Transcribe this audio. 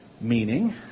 meaning